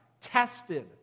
tested